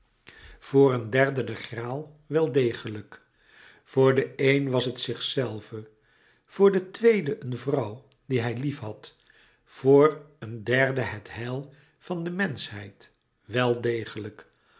voor een derde de graal wel degelijk voor de een was het zichzelve voor den tweede een vrouw die hij liefhad voor een derde het heil van de menschheid wel degelijk